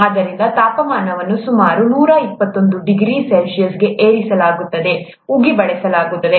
ಆದ್ದರಿಂದ ತಾಪಮಾನವನ್ನು ಸುಮಾರು 121 ಡಿಗ್ರಿ ಸಿ ಗೆ ಏರಿಸಲಾಗುತ್ತದೆ ಉಗಿ ಬಳಸಲಾಗುತ್ತದೆ